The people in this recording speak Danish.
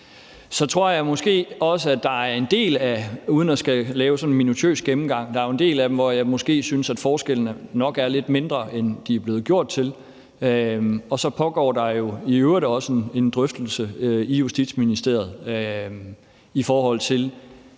Så er der også en del af dem – uden at skulle lave sådan en minutiøs gennemgang – hvor jeg måske synes, at forskellene nok er lidt mindre, end de er blevet gjort til. Og så pågår der i øvrigt også en drøftelse i Justitsministeriet om det